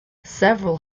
several